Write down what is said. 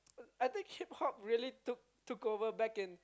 I think Hip-Hop really took took over back in